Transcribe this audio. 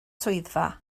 swyddfa